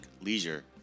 leisure